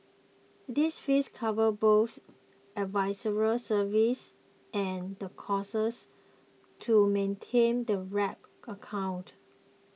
this fees cover both advisory services and the causes to maintain the wrap account